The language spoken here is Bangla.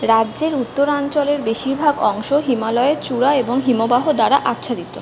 রাজ্যের উত্তরাঞ্চলের বেশিরভাগ অংশ হিমালয়ের চূড়া এবং হিমবাহ দ্বারা আচ্ছাদিত